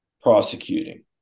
prosecuting